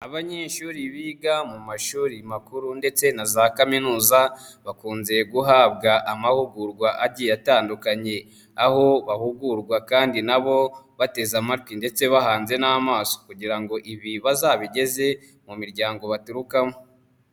Abanyeshuri biga mu mashuri makuru ndetse na za kaminuza bakunze guhabwa amahugurwa agiye atandukanye, aho bahugurwa kandi nabo bateze amatwi ndetse bahanze n'amaso kugira ngo ibi bazabigeze mu miryango baturukamo.